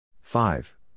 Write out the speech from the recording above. Five